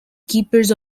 keepers